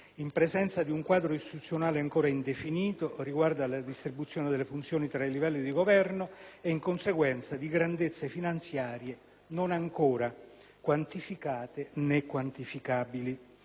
in presenza di un quadro istituzionale ancora indefinito riguardo alla distribuzione delle funzioni tra i livelli di governo e, in conseguenza, di grandezze finanziarie non ancora quantificate né quantificabili.